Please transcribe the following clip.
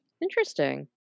Interesting